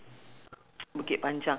she took four years